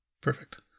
Perfect